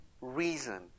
reason